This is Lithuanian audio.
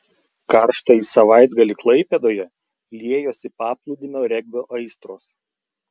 karštąjį savaitgalį klaipėdoje liejosi paplūdimio regbio aistros